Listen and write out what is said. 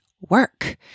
work